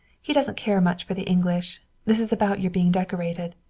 he doesn't care much for the english. this is about your being decorated.